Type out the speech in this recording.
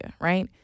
right